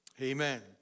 Amen